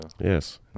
Yes